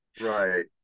right